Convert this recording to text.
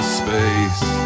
space